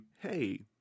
hey